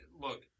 look